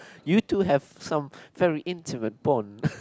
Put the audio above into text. you two have some very intimate bond